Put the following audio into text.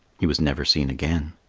he was never seen again.